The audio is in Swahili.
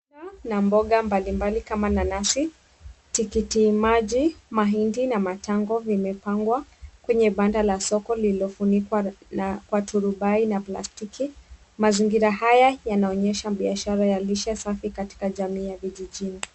Matunda na mboga mbalimbali kama nanasi, tikitimaji, mahindi na matango vimepangwa kwenye banda la soko lililofunikwa kwa turubai na plastiki. Mazingira haya yanaonyesha biashara ya lishe safi katika jamii ya vijijini.